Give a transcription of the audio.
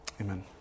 Amen